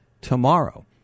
tomorrow